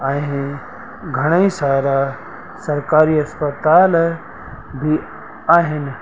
आहिनि घणेई सारा सरकारी इस्पतालि बि आहिनि